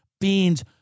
beans